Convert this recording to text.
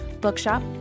bookshop